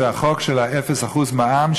זה החוק של אפס אחוז מע"מ,